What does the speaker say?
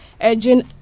urging